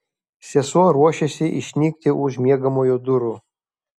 sesuo ruošėsi išnykti už miegamojo durų